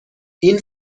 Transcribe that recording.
این